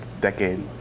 decade